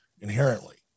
inherently